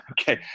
Okay